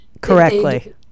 correctly